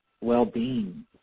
well-being